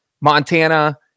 Montana –